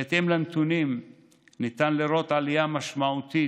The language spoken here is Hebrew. בהתאם לנתונים ניתן לראות עלייה משמעותית